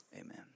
amen